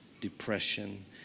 depression